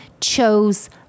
chose